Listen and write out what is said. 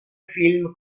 film